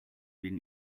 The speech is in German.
wegen